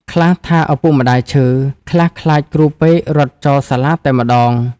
ខ្លះថាឪពុកម្ដាយឈឺ ខ្លះខ្លាចគ្រូពេករត់ចោលសាលាតែម្ដង ។